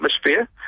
atmosphere